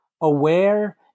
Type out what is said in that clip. aware